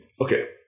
Okay